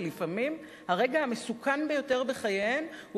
ולפעמים הרגע המסוכן ביותר בחייהן הוא